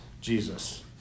Jesus